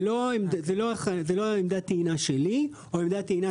זו לא עמדת הטעינה שלי או עמדת הטעינה